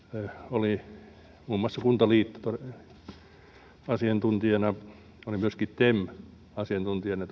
oli muun muassa kuntaliitto asiantuntijana oli myöskin tem asiantuntijana ja